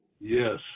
Yes